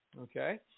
okay